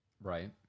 Right